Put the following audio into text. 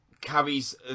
carries